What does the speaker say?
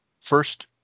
first